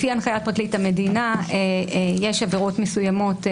לפי הנחיית פרקליט המדינה יש עבירות מסוימות,